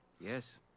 Yes